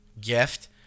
gift